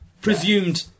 presumed